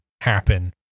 happen